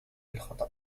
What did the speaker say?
الخطأ